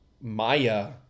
Maya